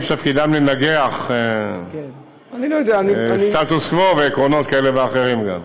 שתפקידם לנגח סטטוס קוו ועקרונות כאלה ואחרים גם.